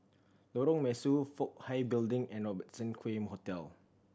Lorong Mesu Fook Hai Building and Robertson Quay Hotel